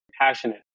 passionate